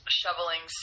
shoveling